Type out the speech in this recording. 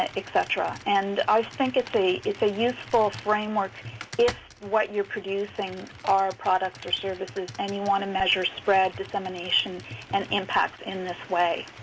ah et cetera. and i think it's a it's a useful framework if what you're producing are products or services and you want to measure spread, dissemination and impacts in this way.